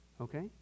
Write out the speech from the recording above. Okay